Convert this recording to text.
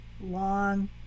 long